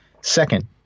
Second